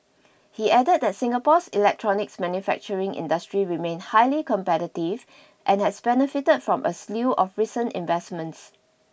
he added that Singapore's electronics manufacturing industry remained highly competitive and has benefited from a slew of recent investments